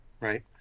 Right